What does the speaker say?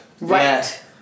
Right